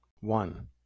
One